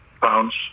pounds